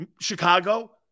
Chicago